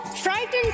frightened